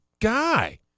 guy